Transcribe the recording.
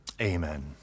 amen